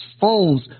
phones